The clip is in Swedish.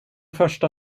första